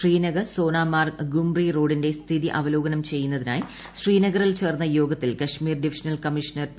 ശ്രീനഗർ സോനമാർഗ് ഗൂമ്രി റോഡിന്റെ സ്ഥിതി അവലോകനം ചെയ്യുന്നതിനായി ശ്രീനഗറിൽ ചേർന്ന യോഗത്തിൽ കശ്മീർ ഡിവിഷണൽ കമ്മീഷണർ പി